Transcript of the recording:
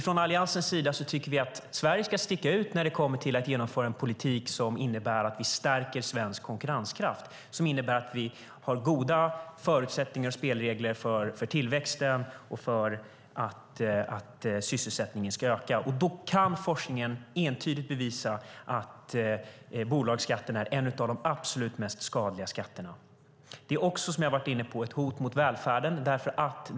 Från Alliansens sida tycker vi att Sverige ska sticka ut när det kommer till att genomföra en politik som innebär att vi stärker svensk konkurrenskraft och som innebär att vi har goda förutsättningar och spelregler för tillväxten och för att sysselsättningen ska öka. Forskningen kan entydigt bevisa att bolagsskatten är en av de absolut mest skadliga skatterna. Den är också, som jag har varit inne på, ett hot mot välfärden.